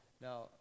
now